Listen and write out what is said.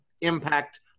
impact